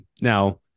Now